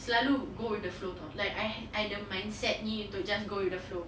selalu go with the flow [tau] like I had I had the mindset ni to just go with the flow